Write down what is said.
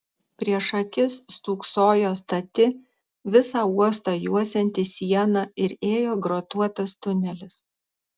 prieš akis stūksojo stati visą uostą juosianti siena ir ėjo grotuotas tunelis